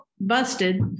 Busted